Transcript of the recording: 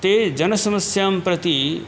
ते जनसमस्यां प्रति